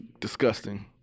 disgusting